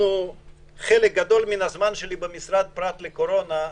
חלק גדול מהזמן שלי במשרד, פרט לקורונה,